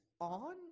on